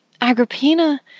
Agrippina